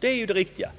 Det är det riktiga.